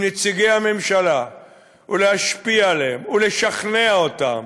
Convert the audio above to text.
עם נציגי הממשלה ולהשפיע עליהם ולשכנע אותם